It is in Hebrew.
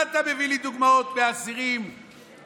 מה אתה מביא לי דוגמאות של אסירים שמכחישים,